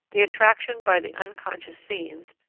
the attraction by the unconscious scenes,